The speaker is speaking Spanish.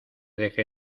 dejé